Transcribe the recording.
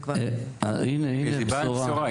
הנה בשורה.